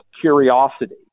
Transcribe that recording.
curiosity